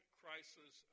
crisis